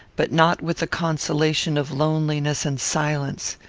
but not with the consolation of loneliness and silence.